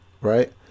right